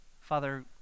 Father